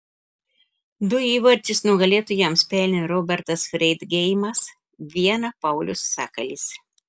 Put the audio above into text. du įvarčius nugalėtojams pelnė robertas freidgeimas vieną paulius sakalis